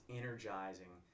energizing